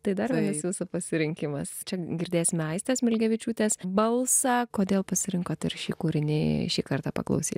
tai dar vienas jūsų pasirinkimas čia girdėsime aistės smilgevičiūtės balsą kodėl pasirinkot ir šį kūrinį šį kartą paklausyt